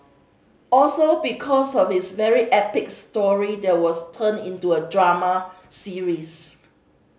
also because of his very epic story there was turned into a drama series